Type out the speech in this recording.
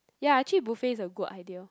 ya actually buffet is a good idea